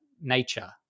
nature